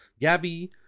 Gabby